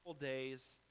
days